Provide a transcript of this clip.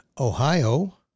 Ohio